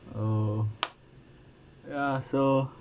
oh ya so